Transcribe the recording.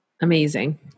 amazing